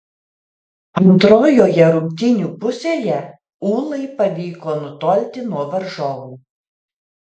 antrojoje rungtynių pusėje ūlai pavyko nutolti nuo varžovų